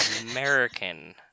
American